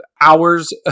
hours